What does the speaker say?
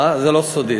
זה לא סודי.